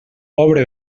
pobre